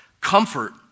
comfort